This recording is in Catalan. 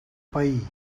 pair